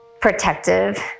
protective